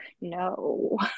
No